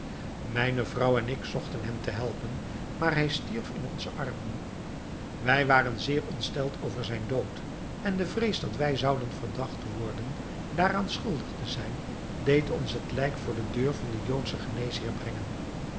mijne vrouw en ik zochten hem te helpen maar hij stierf in onze armen wij waren zeer ontsteld over zijn dood en de vrees dat wij zouden verdacht worden daaraan schuldig te zijn deed ons het lijk voor de deur van den joodschen geneesheer brengen